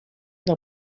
del